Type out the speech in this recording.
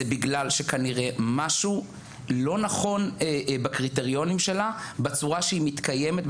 זה בגלל שכנראה משהו לא נכון בקריטריונים שלה בצורה שהיא מתקיימת,